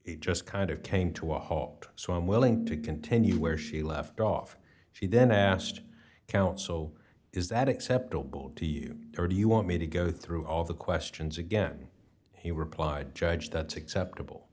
it just kind of came to a halt so i'm willing to continue where she left off she then asked counsel is that acceptable to you or do you want me to go through all the questions again he replied judge that's acceptable